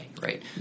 right